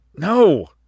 No